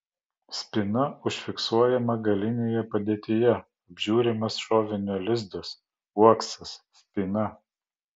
spyna užfiksuojama galinėje padėtyje apžiūrimas šovinio lizdas uoksas spyna